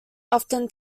often